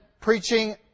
preaching